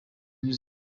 music